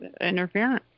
interference